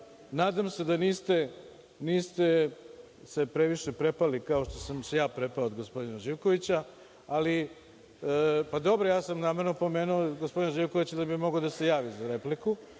Nadam se da niste se previše prepali kao što sam se ja prepao od gospodina Živkovića. Namerno sam pomenuo gospodina Živkovića da bi mogao da se javi za repliku